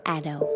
Addo